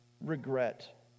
regret